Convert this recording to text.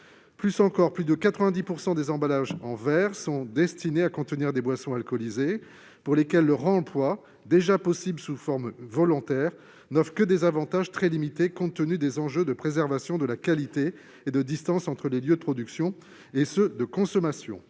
Plus encore, plus de 90 % des emballages en verre sont destinés à contenir des boissons alcoolisées, pour lesquelles le réemploi, déjà possible sous forme volontaire, n'offre que des avantages très limités compte tenu des enjeux de préservation de la qualité et de distance entre les lieux de production et les lieux de consommation.